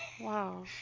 Wow